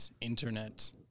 internet